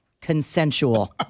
consensual